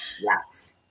yes